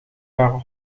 waren